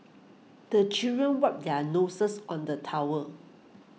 the children wipe their noses on the towel